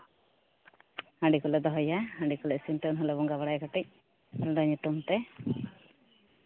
ᱦᱟᱺᱰᱤ ᱠᱚᱞᱮ ᱫᱚᱦᱚᱭᱟ ᱦᱟᱺᱰᱤ ᱠᱚ ᱤᱥᱤᱱ ᱛᱮ ᱩᱱ ᱦᱤᱞᱟᱹᱜ ᱵᱚᱸᱜᱟ ᱵᱟᱲᱟ ᱠᱟᱛᱮᱫ ᱪᱟᱸᱫᱚ ᱧᱩᱛᱩᱢ ᱛᱮ